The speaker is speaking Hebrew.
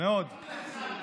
אבל למה זה מצער אותך?